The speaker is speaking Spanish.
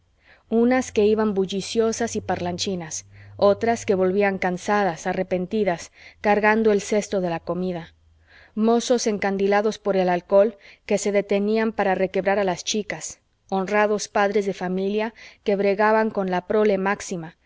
unas que iban bulliciosas y parlanchinas otras que volvían cansadas arrepentidas cargando el cesto de la comida mozos encandilados por el alcohol que se detenían para requebrar a las chicas honrados padres de familia que bregaban con la prole máxima